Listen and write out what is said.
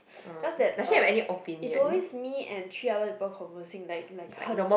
just that uh it's always me and three other people conversing like like (huh)